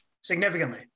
Significantly